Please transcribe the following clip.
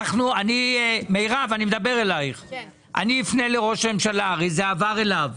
אני אפנה לראש הממשלה כי הרי זה עבר אליו.